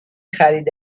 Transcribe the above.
خرید